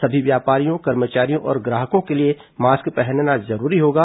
सभी व्यापारियों कर्मचारियों और ग्राहकों के लिए मास्क पहनना जरूरी होगा